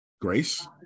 grace